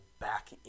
back